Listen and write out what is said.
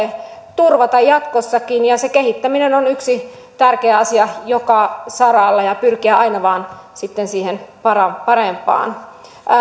turvata jatkossakin ja sen kehittäminen on yksi tärkeä asia joka saralla ja tulee pyrkiä aina vain sitten parempaan